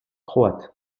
croate